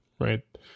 right